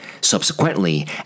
Subsequently